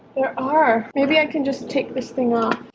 yeah, are maybe i can just take this thing off